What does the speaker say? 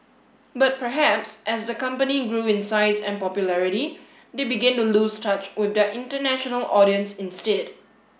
but perhaps as the company grew in size and popularity they began to lose touch with their international audience instead